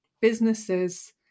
businesses